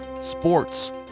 sports